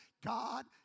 God